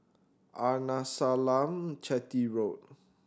Arnasalam Chetty Road